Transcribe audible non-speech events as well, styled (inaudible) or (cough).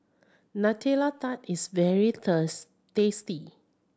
Nutella Tart is very (unintelligible) tasty